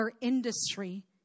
industry